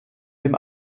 dem